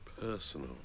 Personal